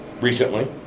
recently